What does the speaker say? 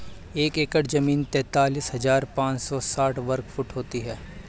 एक एकड़ जमीन तैंतालीस हजार पांच सौ साठ वर्ग फुट होती है